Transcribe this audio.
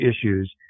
issues